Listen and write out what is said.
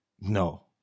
No